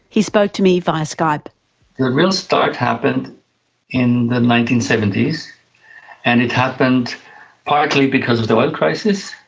he spoke to me via skype. the and real start happened in the nineteen seventy s and it happened partly because of the oil crisis,